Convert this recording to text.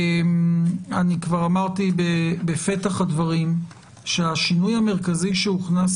אני כבר אמרתי בפתח הדברים שהשינוי המרכזי שהוכנס